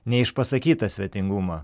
neišpasakytą svetingumą